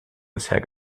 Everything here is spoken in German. bisher